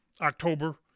October